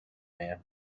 man